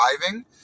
driving